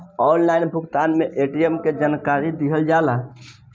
Online भुगतान में ATM के जानकारी दिहल जाला?